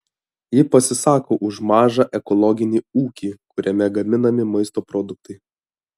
ji pasisako už mažą ekologinį ūkį kuriame gaminami maisto produktai